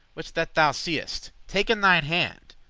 which that thou seest, take in thine hand,